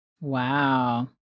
Wow